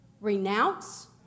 Renounce